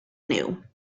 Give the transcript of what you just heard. new